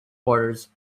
orders